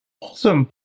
Awesome